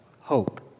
hope